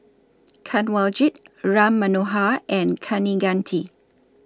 Kanwaljit Ram Manohar and Kaneganti